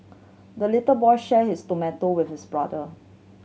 the little boy shared his tomato with his brother